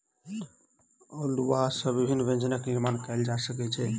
अउलुआ सॅ विभिन्न व्यंजन निर्माण कयल जा सकै छै